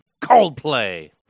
Coldplay